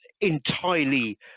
entirely